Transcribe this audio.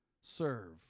serve